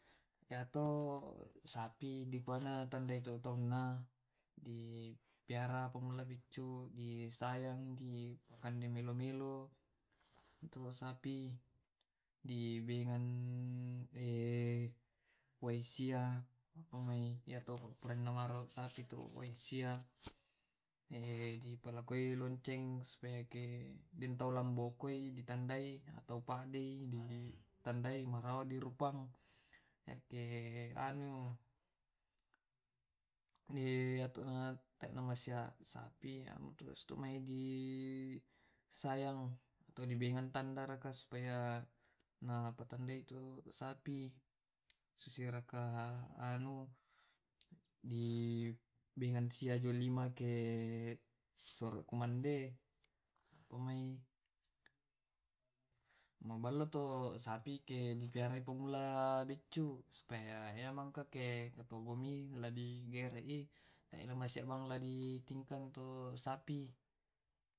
Yato sapi di tandai tau-tauna dipliara mula biccu, disayang dipakande melo-melo to sapi, di bengan wae sia, ya to di palekoi lonceng supaya ke, deng tau lambokoi di tandai atau paddei ditandai marao dirupang. Yakke anu yatu sapi di sayang ato dibengantan tandaraka supaya dipatandai tu sapi sisiraka anu, di bengan sia lema te sorok kumande mabello tu sapike diperiara baiccu supaya ke ketubomi loi digerei ditengkeng tu sapi.